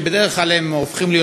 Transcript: שבדרך כלל הם הופכים להיות,